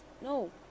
No